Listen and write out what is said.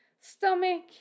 stomach